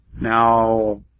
Now